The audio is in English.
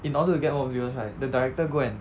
in order to get more viewers right the director go and